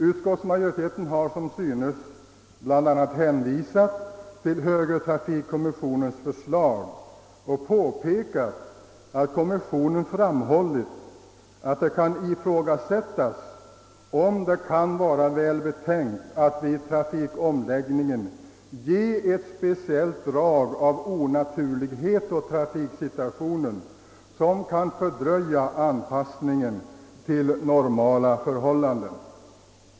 Utskottsmajoriteten har bl.a. hänvisat till högertrafikkommissionens förslag och påpekat att kommissionen framhållit att det kan ifrågasättas, huruvida det kan vara välbetänkt att vid omläggningen »ge ett speciellt drag av onaturlighet åt trafiksituationen, som kan fördröja anpassningen till normala förhållanden».